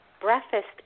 breakfast